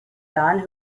don